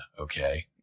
okay